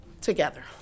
together